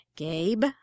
Gabe